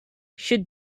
should